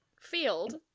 field